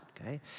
okay